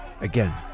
again